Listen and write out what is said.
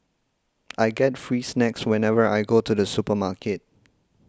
I get free snacks whenever I go to the supermarket